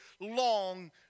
long